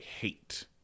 hate